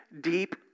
deep